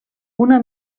una